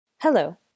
Hello